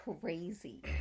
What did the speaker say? crazy